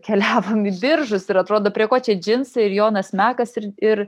keliavom į biržus ir atrodo prie ko čia džinsai ir jonas mekas ir ir